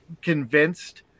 convinced